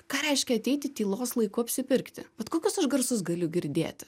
ką reiškia ateiti tylos laiku apsipirkti vat kokius aš garsus galiu girdėti